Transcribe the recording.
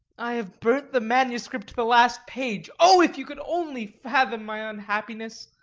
i have burnt the manuscript to the last page. oh, if you could only fathom my unhappiness!